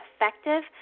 effective